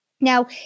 Now